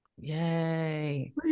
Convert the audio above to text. Yay